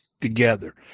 together